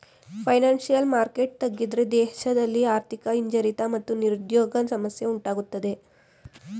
financial market ತಗ್ಗಿದ್ರೆ ದೇಶದಲ್ಲಿ ಆರ್ಥಿಕ ಹಿಂಜರಿತ ಮತ್ತು ನಿರುದ್ಯೋಗ ಸಮಸ್ಯೆ ಉಂಟಾಗತ್ತದೆ